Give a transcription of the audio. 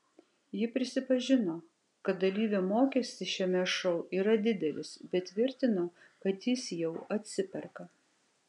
ji prisipažino kad dalyvio mokestis šiame šou yra didelis bet tvirtino kad jis jau atsiperka